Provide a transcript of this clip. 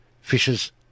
fishers